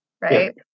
right